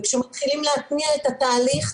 וכשמתחילים להתניע את התהליך,